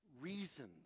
reasons